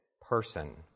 person